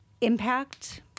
impact